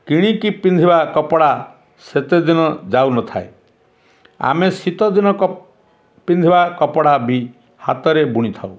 କିଣିକି ପିନ୍ଧିବା କପଡ଼ା ସେତେଦିନ ଯାଉନଥାଏ ଆମେ ଶୀତ ଦିନ ପିନ୍ଧିବା କପଡ଼ା ବି ହାତରେ ବୁଣିଥାଉ